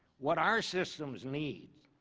what our system needs,